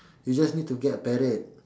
you just need to get a parrot